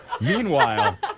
Meanwhile